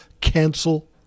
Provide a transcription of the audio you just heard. cancel